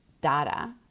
data